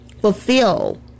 fulfill